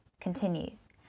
continues